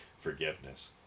forgiveness